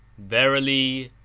verily,